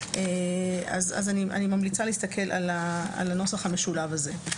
אני ממליצה להסתכל על הנוסח המשולב הזה.